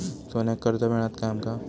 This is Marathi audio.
सोन्याक कर्ज मिळात काय आमका?